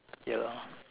ya lah